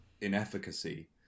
inefficacy